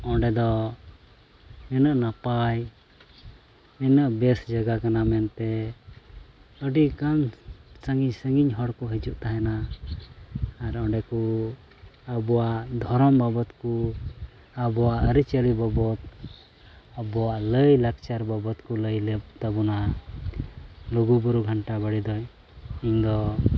ᱚᱸᱰᱮ ᱫᱚ ᱱᱤᱱᱟᱹᱜ ᱱᱟᱯᱟᱭ ᱤᱱᱟᱹᱜ ᱵᱮᱥ ᱡᱟᱭᱜᱟ ᱠᱟᱱᱟ ᱢᱮᱱᱛᱮ ᱟᱹᱰᱤ ᱜᱟᱱ ᱥᱟᱺᱜᱤᱧ ᱥᱟᱺᱜᱤᱧ ᱦᱚᱲ ᱠᱚ ᱦᱤᱡᱩᱜ ᱛᱟᱦᱮᱱᱟ ᱟᱨ ᱚᱸᱰᱮ ᱠᱚ ᱟᱵᱚᱣᱟᱜ ᱫᱷᱚᱨᱚᱢ ᱵᱟᱵᱚᱫ ᱠᱚ ᱟᱵᱚᱣᱟᱜ ᱟᱹᱨᱤ ᱪᱟᱹᱞᱤ ᱵᱟᱵᱚᱫ ᱟᱵᱚᱣᱟᱜ ᱞᱟᱭ ᱞᱟᱠᱪᱟᱨ ᱵᱟᱵᱚᱫ ᱠᱚ ᱞᱟᱹᱭ ᱛᱟᱵᱚᱱᱟ ᱞᱩᱜᱩ ᱵᱩᱨᱩ ᱜᱷᱟᱱᱴᱟ ᱵᱟᱲᱮ ᱫᱚ ᱤᱧᱫᱚ